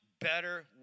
better